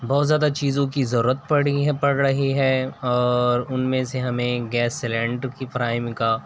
بہت زیادہ چیزوں کی ضرورت پڑی ہے پڑ رہی ہے اور ان میں سے ہمیں گیس سلینڈر کی فراہمی کا